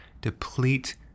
deplete